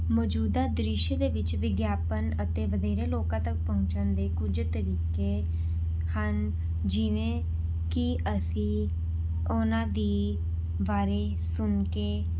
ਮੌਜੂਦਾ ਦ੍ਰਿਸ਼ ਦੇ ਵਿੱਚ ਵਿਗਿਆਪਨ ਅਤੇ ਵਧੇਰੇ ਲੋਕਾਂ ਤੱਕ ਪਹੁੰਚਣ ਦੇ ਕੁਝ ਤਰੀਕੇ ਹਨ ਜਿਵੇਂ ਕਿ ਅਸੀਂ ਉਹਨਾਂ ਦੇ ਬਾਰੇ ਸੁਣ ਕੇ